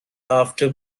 after